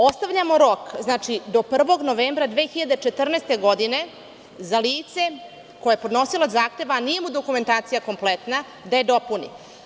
Ostavljamo rok do 1. novembra 2014. godine za lice koje je podnosilac zahteva, a nije mu dokumentacija kompletna, da je dopuni.